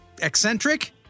eccentric